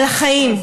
על החיים.